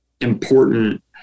important